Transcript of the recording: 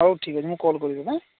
ହଉ ଠିକ ଅଛି ମୁଁ କଲ୍ କରିବି ତୋତେ